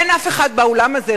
אין אף אחד באולם הזה,